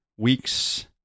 Weeks